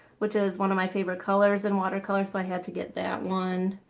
which is one of my favorite colors and water color so i had to get that one